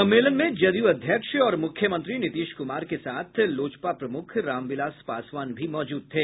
सम्मेलन में जदयू अध्यक्ष और मुख्यमंत्री नीतीश कुमार के साथ लोजपा प्रमुख रामविलास पासवान भी मौजूद थे